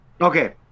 Okay